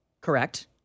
Correct